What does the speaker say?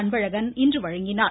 அன்பழகன் இன்று வழங்கினார்